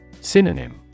Synonym